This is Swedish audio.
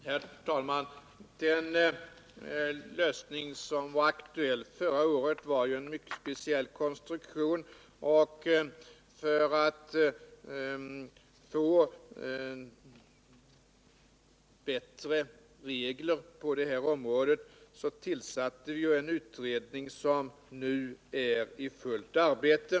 Herr talman! Den lösning som var aktuell förra året var ju en mycket speciell konstruktion. För att få till stånd bättre regler på det här området tillsatte vi en utredning, som nu är i fullt arbete.